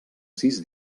sis